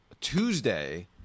Tuesday